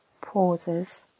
pauses